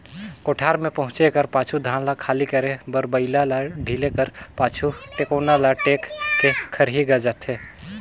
कोठार मे पहुचे कर पाछू धान ल खाली करे बर बइला ल ढिले कर पाछु, टेकोना ल टेक के खरही गाजथे